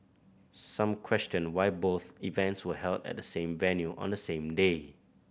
some questioned why both events were held at the same venue on the same day